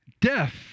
death